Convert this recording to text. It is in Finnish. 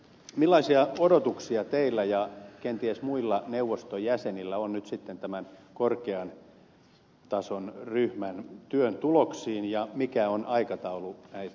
millaisia odotuksia teillä ja kenties muilla neuvoston jäsenillä on nyt sitten tämän korkean tason ryhmän työn tuloksiin ja mikä on aikataulu näiden osalta